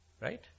Right